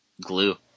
glue